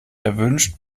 erwünscht